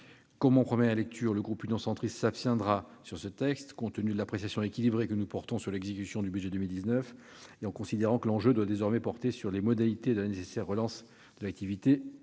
Comme en première lecture, le groupe Union Centriste s'abstiendra sur ce texte, compte tenu de l'appréciation équilibrée qu'il porte sur l'exécution du budget 2019 et en considérant que le débat doit désormais porter sur les modalités de la nécessaire relance de l'activité